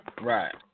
Right